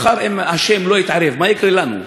מחר אם ה' לא יתערב, מה יקרה לנו?